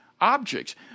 objects